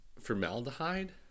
formaldehyde